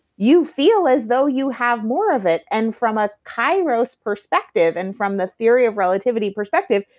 you feel as though you have more of it. and from a kairos perspective and from the theory of relativity perspective,